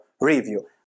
review